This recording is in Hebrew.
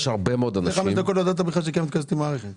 לפני חמש דקות בכלל לא ידעת שקיימת מערכת כזאת.